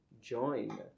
join